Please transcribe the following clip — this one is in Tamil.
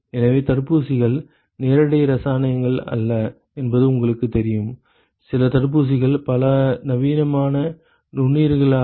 எனவே தடுப்பூசிகள் நேரடி இரசாயனங்கள் அல்ல என்பது உங்களுக்குத் தெரியும் சில தடுப்பூசிகள் பலவீனமான நுண்ணுயிரிகளாகும்